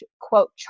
quote